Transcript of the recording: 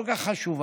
כל כך חשובה,